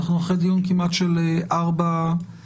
אנחנו אחרי דיון של כמעט ארבע שעות.